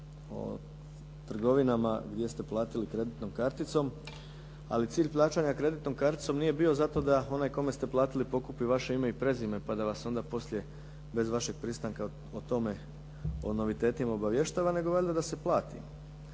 o trgovinama gdje ste platili kreditnom karticom, ali cilj plaćanja kreditnom karticom nije bio zato da onaj kome se platili pokupi vaše ime i prezime, pa da vas onda poslije bez vašeg pristanka o tome, o novitetima obavještava, nego valjda da se plati.